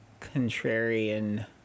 contrarian